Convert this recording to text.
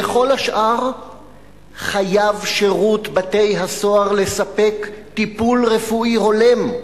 ולכל השאר חייב שירות בתי-הסוהר לספק טיפול רפואי הולם.